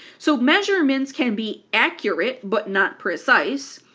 so measurements can be accurate but not precise.